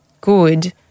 good